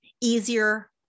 easier